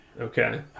Okay